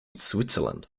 switzerland